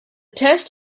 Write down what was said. test